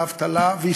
ואין לה אבטלה,